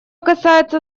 касается